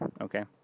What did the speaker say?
Okay